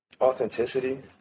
Authenticity